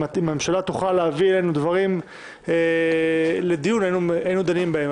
אם הממשלה תוכל להביא אי אלו דברים לדיון היינו דנים בהם,